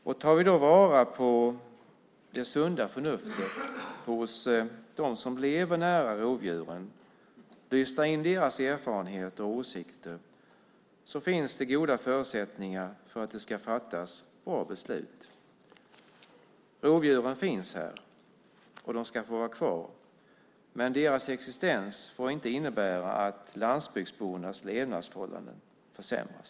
Om vi tar vara på det sunda förnuftet hos dem som lever nära rovdjuren och lyssnar in deras erfarenheter och åsikter finns det goda förutsättningar för att det ska fattas bra beslut. Rovdjuren finns här, och de ska få vara kvar. Men deras existens får inte innebära att landsbygdsbornas levnadsförhållanden försämras.